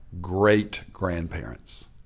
great-grandparents